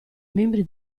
membri